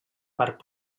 part